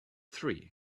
three